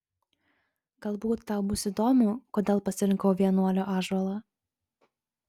galbūt tau bus įdomu kodėl pasirinkau vienuolio ąžuolą